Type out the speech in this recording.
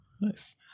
Nice